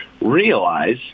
realize